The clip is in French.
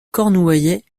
cornouaillais